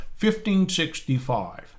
1565